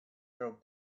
throw